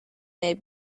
may